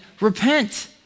repent